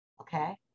okay